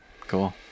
cool